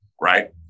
right